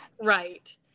right